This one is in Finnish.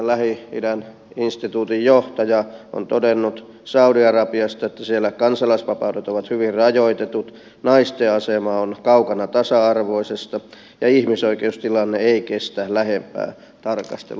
lähi idän instituutin johtaja on todennut saudi arabiasta että siellä kansalaisvapaudet ovat hyvin rajoitetut naisten asema on kaukana tasa arvoisesta ja ihmisoikeustilanne ei kestä lähempää tarkastelua